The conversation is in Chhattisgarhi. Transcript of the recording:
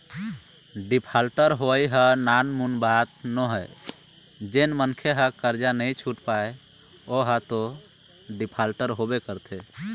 डिफाल्टर होवई ह नानमुन बात नोहय जेन मनखे ह करजा नइ छुट पाय ओहा तो डिफाल्टर होबे करथे